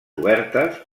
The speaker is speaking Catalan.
obertes